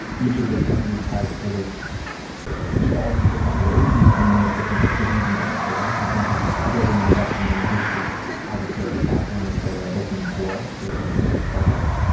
each of those companies has sort of evolved in different ways and made different decisions in different tradeoffs in terms of building and investing in a hosted as a service offering of their open core, their open source project.